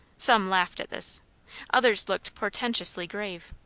some laughed at this others looked portentously grave.